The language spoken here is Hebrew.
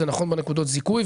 זה נכון בנקודות זיכוי.